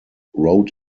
road